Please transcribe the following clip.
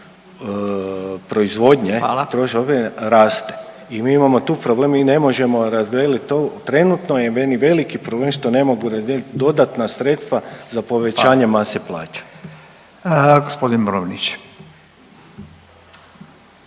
Radin: Hvala./… … raste. I mi imamo tu problem, mi ne možemo razdvojit to. Trenutno je meni veliki problem što ne mogu razdijeliti dodatna sredstva za povećanje mase plaća. **Radin, Furio